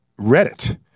reddit